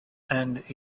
and